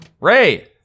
Ray